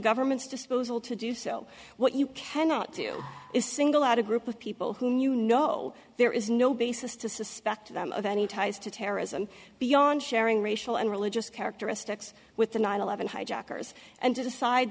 government's disposal to do so what you cannot do is single out a group of people who knew no there is no basis to suspect them of any ties to terrorism beyond sharing racial and religious characteristics with the nine eleven hijackers and decide